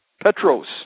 Petros